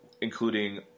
including